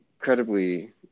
incredibly